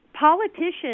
politicians